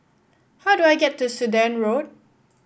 how do I get to Sudan Road